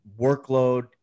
workload